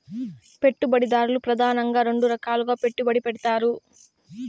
పెట్టుబడిదారులు ప్రెదానంగా రెండు రకాలుగా పెట్టుబడి పెడతారు